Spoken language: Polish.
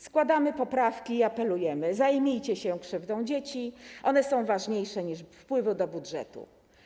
Składamy poprawki i apelujemy: zajmijcie się krzywdą dzieci, one są ważniejsze niż wpływy do budżetu.